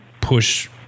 push